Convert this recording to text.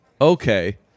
okay